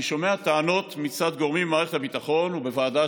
אני שומע טענות מצד גורמים במערכת הביטחון ובוועדה,